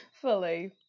Fully